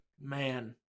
Man